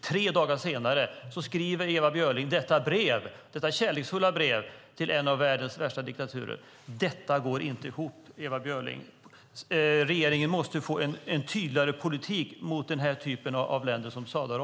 Tre dagar senare skriver Ewa Björling detta kärleksfulla brev till en av världens värsta diktaturer. Detta går inte ihop, Ewa Björling. Regeringen måste få en tydligare politik mot den här typen av länder.